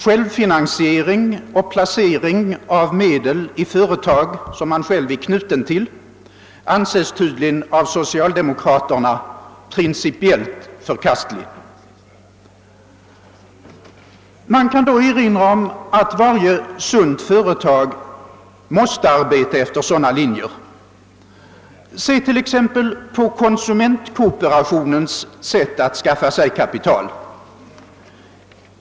Självfinansiering och placering av medel i företag som man själv är knuten till anses tydigen av socialdemokraterna principiellt förkastligt. Man kan då erinra om att varje sunt företag måste arbeta efter sådana linjer. Se t.ex. på konsumentkooperationens sätt att skaffa sig kapital!